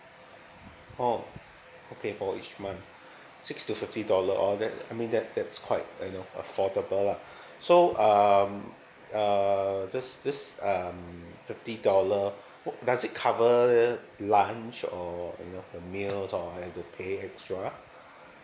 oh okay for each month six to fifty dollar oh that I mean that that's quite you know affordable lah so um uh this this um fifty dollar does it cover lunch or you know the meals or I have to pay extra